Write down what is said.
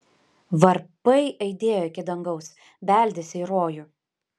varpai aidėjo iki dangaus beldėsi į rojų